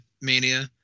Mania